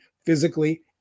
physically